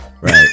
right